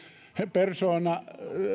persoona